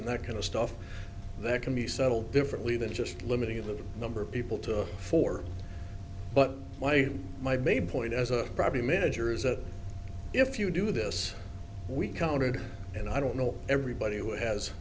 and that kind of stuff that can be settled differently than just limiting the number of people to four but my my main point as a property manager is a if you do this we counted and i don't know everybody who has